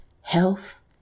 health